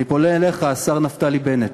אני פונה אליך, השר נפתלי בנט,